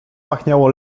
pachniało